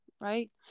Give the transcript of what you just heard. right